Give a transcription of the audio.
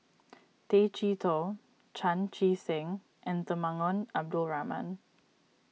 Tay Chee Toh Chan Chee Seng and Temenggong Abdul Rahman